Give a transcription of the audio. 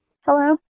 Hello